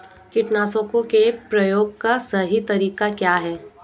कीटनाशकों के प्रयोग का सही तरीका क्या है?